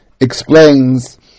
explains